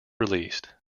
released